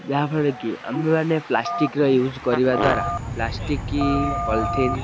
ଯାହାଫଳରେ କି ଆମେମାନେ ପ୍ଲାଷ୍ଟିକ୍ର ୟ୍ୟୁଜ୍ କରିବା ଦ୍ୱାରା ପ୍ଲାଷ୍ଟିକ୍ ପଲିଥିନ୍